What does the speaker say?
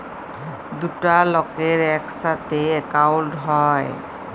দুটা লকের ইকসাথে একাউল্ট হ্যয়